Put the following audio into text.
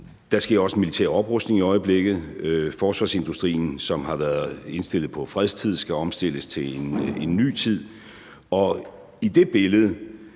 Der sker også en militær oprustning i øjeblikket. Forsvarsindustrien, som har været indstillet på fredstid, skal omstilles til en ny tid, og i det billede